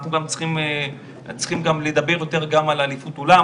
אנחנו גם צריכים לדבר על אליפות עולם,